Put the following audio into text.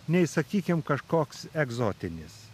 nei sakykim kažkoks egzotinis